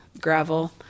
gravel